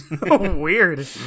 Weird